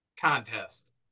contest